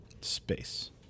Space